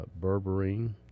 berberine